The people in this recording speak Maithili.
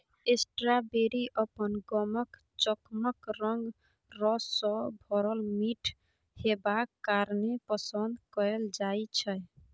स्ट्राबेरी अपन गमक, चकमक रंग, रस सँ भरल मीठ हेबाक कारणेँ पसंद कएल जाइ छै